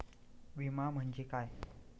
विमा म्हणजे काय?